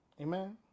Amen